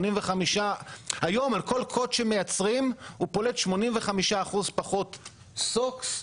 היום על כל קוד שמייצרים הוא פולט 85% פחות NOX,